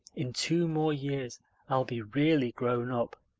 in two more years i'll be really grown up.